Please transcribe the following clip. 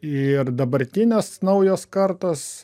ir dabartinės naujos kartos